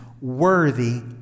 worthy